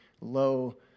low